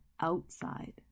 outside